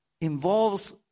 involves